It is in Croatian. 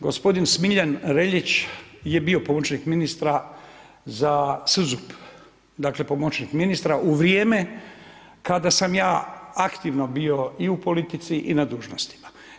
Gospodin Smiljan Reljić je bio pomoćnik ministra za SUZUP dakle pomoćnik ministra u vrijeme kada sam ja aktivno bio i u politici i na dužnostima.